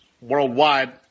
Worldwide